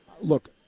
Look